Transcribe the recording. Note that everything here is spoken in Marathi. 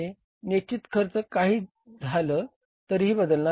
निश्चित खर्च काहीही झाल तरी बदलणार नाही